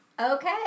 Okay